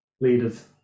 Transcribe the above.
leaders